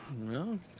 No